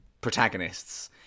protagonists